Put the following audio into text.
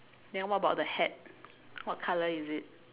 then what about the hat what colour is it